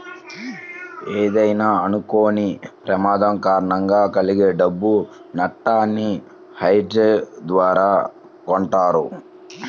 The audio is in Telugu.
ఏదైనా అనుకోని ప్రమాదం కారణంగా కలిగే డబ్బు నట్టాన్ని హెడ్జ్ ద్వారా కొంటారు